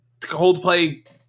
Coldplay